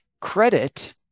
credit